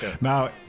now